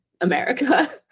america